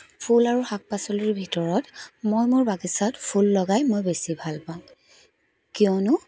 ফুল আৰু শাক পাচলিৰ ভিতৰত মই মোৰ বাগিচাত ফুল লগাই মই বেছি ভাল পাওঁ কিয়নো